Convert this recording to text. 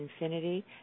infinity